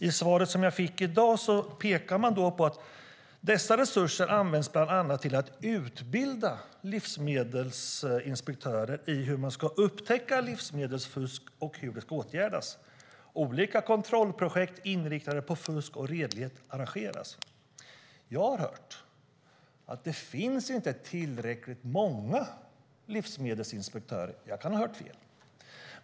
I svaret som jag fick i dag pekar man på att dessa resurser "används bland annat till att utbilda livsmedelsinspektörer i hur man ska upptäcka livsmedelsfusk och hur det ska åtgärdas. Olika kontrollprojekt inriktade på fusk och redlighet arrangeras." Jag har hört att det inte finns tillräckligt många livsmedelsinspektörer. Jag kan ha hört fel.